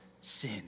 sin